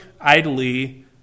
idly